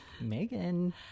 Megan